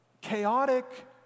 chaotic